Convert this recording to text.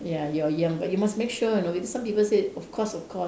ya you are young but you must make sure you know some people said of course of course